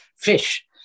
fish